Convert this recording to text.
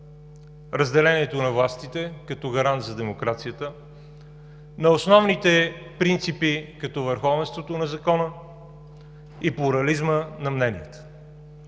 разделението на властите като гарант за демокрацията, на основните принципи като върховенството на закона и плурализма на мненията.